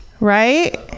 Right